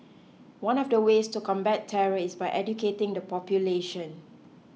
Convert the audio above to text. one of the ways to combat terror is by educating the population